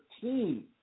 team